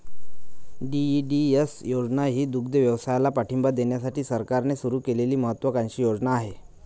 DEDS योजना ही दुग्धव्यवसायाला पाठिंबा देण्यासाठी सरकारने सुरू केलेली महत्त्वाकांक्षी योजना आहे